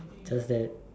just that